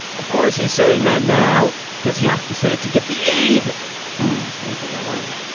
of course he's saying that now because he has to say it to get the aid. hmm. let me think about that one.